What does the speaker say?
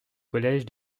collège